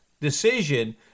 decision